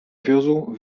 wiózł